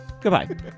Goodbye